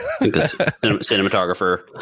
cinematographer